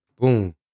Boom